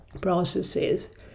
processes